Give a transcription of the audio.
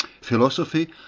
philosophy